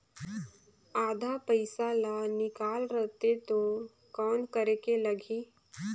आधा पइसा ला निकाल रतें तो कौन करेके लगही?